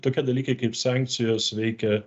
tokie dalykai kaip sankcijos veikia